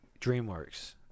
DreamWorks